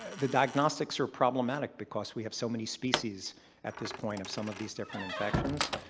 the diagnostics are problematic because we have so many species at this point of some of these different infections,